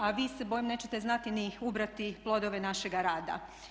A vi se bojim se nećete znati ni ubrati plodove našega rada.